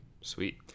Sweet